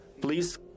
please